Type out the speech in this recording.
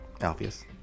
alpheus